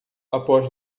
após